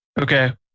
okay